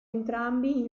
entrambi